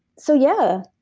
so yeah,